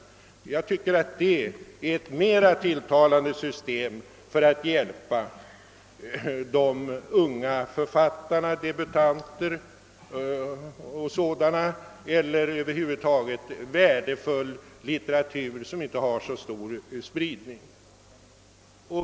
Jag tycker att det är ett mera tilltalande system för att hjälpa unga författare, debutanter och andra, och för att över huvud taget stödja värdefull litteratur som inte har så stor spridning.